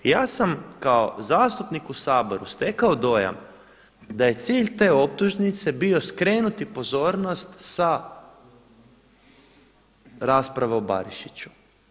Ja sam kao zastupnik u Saboru stekao dojam da je cilj te optužnice bio skrenuti pozornost sa rasprave o Barišiću.